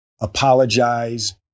apologize